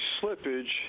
slippage